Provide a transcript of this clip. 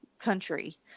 country